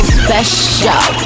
special